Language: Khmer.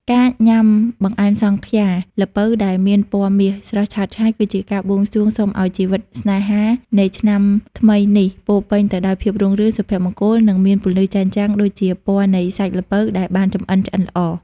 ការញ៉ាំបង្អែមសង់ខ្យាល្ពៅដែលមានពណ៌មាសស្រស់ឆើតឆាយ គឺជាការបួងសួងសុំឱ្យជីវិតស្នេហានៃឆ្នាំថ្មីនេះ ពោរពេញទៅដោយភាពរុងរឿង សុភមង្គល និងមានពន្លឺចែងចាំងដូចជាពណ៌នៃសាច់ល្ពៅដែលបានចម្អិនឆ្អិនល្អ។